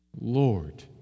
Lord